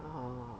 oh